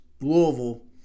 Louisville